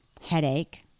headache